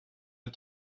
les